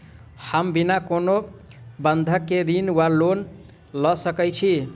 हम बिना कोनो बंधक केँ ऋण वा लोन लऽ सकै छी?